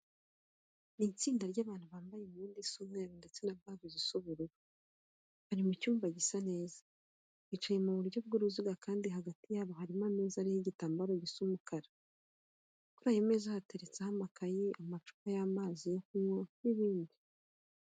Ni itsinda ry'abantu bambaye imyenda isa umweru ndetse na baji zisa ubururu, bari mu cyumba gisa neza. Bicaye mu buryo bw'uruziga kandi hagati yabo harimo ameza ariho igitambaro gisa umukara, kuri ayo meza hateretseho amakayi, amacupa y'amazi yo kunywa n'ibindi.